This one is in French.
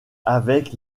avec